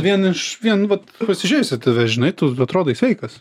vien iš vien vat pasižiūrėjus į tave žinai tu atrodai sveikas